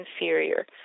inferior